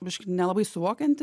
biški nelabai suvokianti